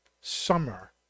summer